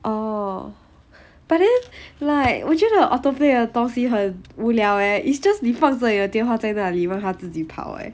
oh but then like 我觉得 auto play 的东西很无聊 eh it's just 你放这你的电话在那里让他自己跑 eh